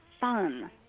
fun